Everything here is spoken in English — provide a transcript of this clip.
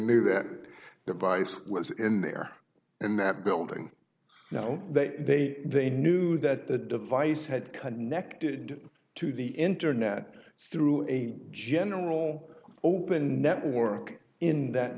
knew that device was in there and that building now that they they knew that the device had connected to the internet through a general open network in that